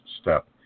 step